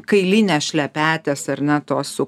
kailinės šlepetės ar ne tos su